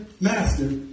Master